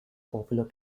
popular